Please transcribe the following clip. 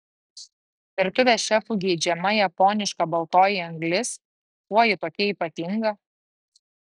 virtuvės šefų geidžiama japoniška baltoji anglis kuo ji tokia ypatinga